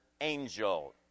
angel